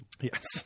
Yes